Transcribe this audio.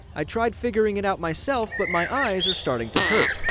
i tried figuring it out myself, but my eyes are starting to hurt!